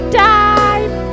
time